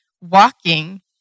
walking